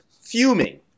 Fuming